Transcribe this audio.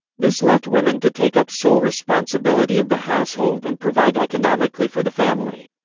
this left women to take up sole responsibility of the household and provide economically for the family.